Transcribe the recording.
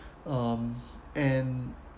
um and